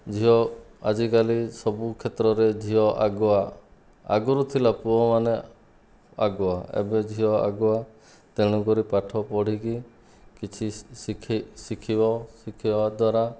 ଝିଅ ଆଜିକାଲି ସବୁ କ୍ଷେତ୍ରରେ ଝିଅ ଆଗୁଆ ଆଗରୁ ଥିଲା ପୁଅମାନେ ଆଗୁଆ ଏବେ ଝିଅ ଆଗୁଆ ତେଣୁକରି ପାଠ ପଢ଼ିକି କିଛି ଶିଖେ ଶିଖିବ ଶିଖିବା ଦ୍ୱାରା